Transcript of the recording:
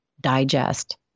digest